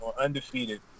undefeated